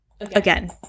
again